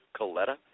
Coletta